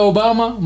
Obama